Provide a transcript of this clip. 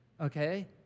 okay